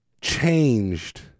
changed